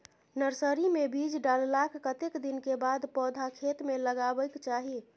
Nursery मे बीज डाललाक कतेक दिन के बाद पौधा खेत मे लगाबैक चाही?